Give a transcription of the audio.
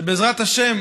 ובעזרת השם,